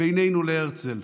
בינינו להרצל.